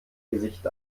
gesicht